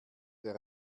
der